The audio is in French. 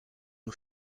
nos